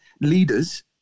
leaders